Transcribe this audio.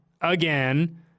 again